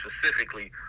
specifically